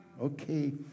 Okay